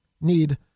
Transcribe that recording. need